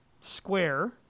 square